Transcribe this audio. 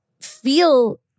feel